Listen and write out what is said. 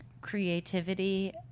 creativity